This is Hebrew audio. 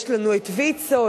יש לנו את ויצו,